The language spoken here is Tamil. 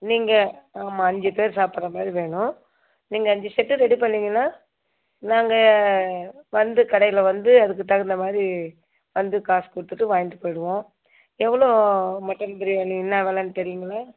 நீங்கள் ஆமாம் அஞ்சு பேர் சாப்பிட்ற மாதிரி வேணும் நீங்கள் அஞ்சு செட்டு ரெடி பண்ணீங்கன்னா நாங்கள் வந்து கடையில் வந்து அதுக்கு தகுந்த மாதிரி வந்து காசு கொடுத்துட்டு வாங்கிட்டு போய்டுவோம் எவ்வளோ மட்டன் பிரியாணி என்ன வெலைன்னு தெரியும்ங்களா